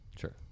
Sure